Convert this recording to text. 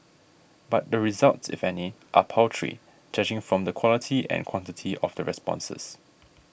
but the results if any are paltry judging from the quality and quantity of the responses